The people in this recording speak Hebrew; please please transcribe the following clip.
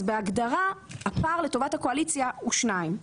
בהגדרה הפער לטובת הקואליציה הוא שניים.